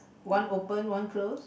one open one close